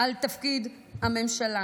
על תפקיד הממשלה.